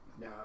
No